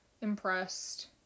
impressed